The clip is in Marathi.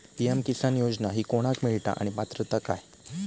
पी.एम किसान योजना ही कोणाक मिळता आणि पात्रता काय?